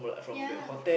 yeah lah